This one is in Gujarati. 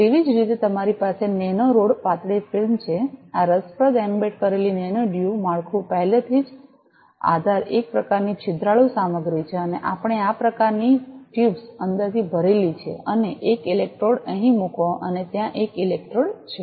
તેવી જ રીતે તમારી પાસે નેનો રોડપાતળી ફિલ્મ છે આ રસપ્રદ એમ્બેડ કરેલી નેનો ડ્યુઓ માળખું પહેલેથી જ આધાર એક પ્રકારની છિદ્રાળુ સામગ્રી છે અને આપણે આ પ્રકારની ટ્યુબ્સ અંદરથી ભરેલી છે અને એક ઇલેક્ટ્રોડ અહીં મૂકી અને ત્યાં એક ઇલેક્ટ્રોડ છે